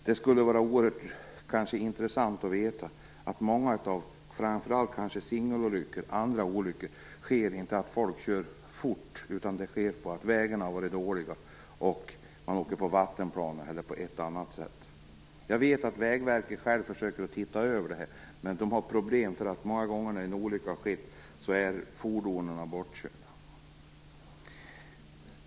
Det skulle vara oerhört intressant att få veta hur många kanske framför allt singelolyckor men även andra olyckor som beror inte på att folk har kört för fort utan på att vägen har varit dålig så att det har uppstått vattenplaning och annat. Jag vet att Vägverket försöker se över det här, men ett problem är att fordonen ofta är bortkörda efter en olycka.